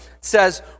says